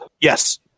Yes